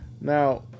Now